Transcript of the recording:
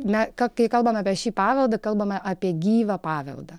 na ką kai kalbame apie šį paveldą kalbame apie gyvą paveldą